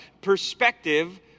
perspective